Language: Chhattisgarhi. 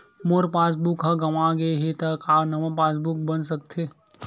मोर पासबुक ह गंवा गे हे त का नवा पास बुक बन सकथे?